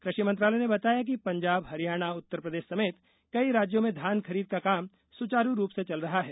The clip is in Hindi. कृषि मंत्रालय ने बताया कि पंजाब हरियाणा उत्तर प्रदेश समेत कई राज्यों में घान खरीद का काम सुचारू रूप से चल रहा है